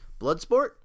Bloodsport